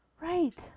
Right